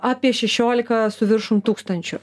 apie šešiolika su viršum tūkstančių